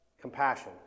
compassion